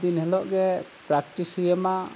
ᱫᱤᱱ ᱦᱤᱞᱚᱜᱼᱜᱮ ᱯᱨᱮᱠᱴᱤᱥ ᱦᱩᱭᱟᱢᱟ